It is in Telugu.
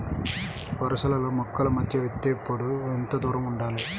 వరసలలో మొక్కల మధ్య విత్తేప్పుడు ఎంతదూరం ఉండాలి?